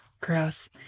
Gross